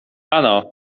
ano